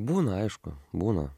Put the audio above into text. būna aišku būna